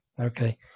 okay